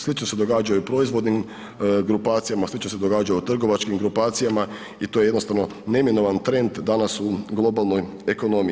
Slično se događa i u proizvodnim grupacijama, slično se događa u trgovačkim grupacijama i to je jednostavno neminovan trend danas u globalnoj ekonomiji.